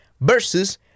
versus